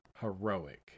heroic